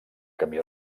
camí